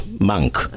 monk